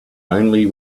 only